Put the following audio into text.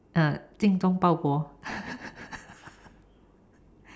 uh 精忠报国 （ppl)